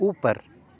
اوپر